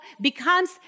becomes